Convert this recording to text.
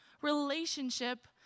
relationship